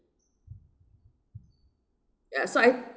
ya so I